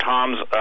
Tom's